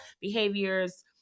behaviors